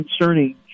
concerning